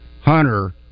hunter